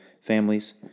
families